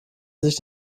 sich